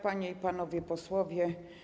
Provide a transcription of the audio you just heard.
Panie i Panowie Posłowie!